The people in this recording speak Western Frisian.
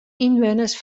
ynwenners